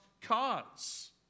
cause